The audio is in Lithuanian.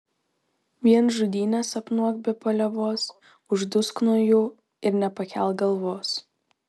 vien žudynes sapnuok be paliovos uždusk nuo jų ir nepakelk galvos